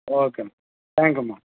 ஓகேம்மா தேங்க் யூம்மா